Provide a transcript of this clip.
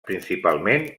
principalment